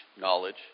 knowledge